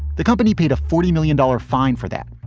the company paid a forty million dollar fine for that,